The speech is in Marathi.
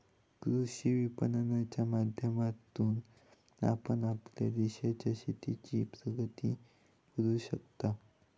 कृषी विपणनाच्या माध्यमातून आपण आपल्या देशाच्या शेतीची प्रगती करू शकताव